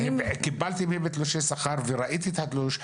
קיבלתי מהם תלושי שכר וראיתי את התלוש,